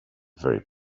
very